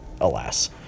alas